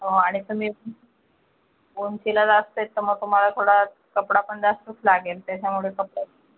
हो आणि तुम्ही उं उंचीला जास्त आहे तर मग तुम्हाला थोडा कपडा पण जास्तच लागेल त्याच्यामुळे कपडा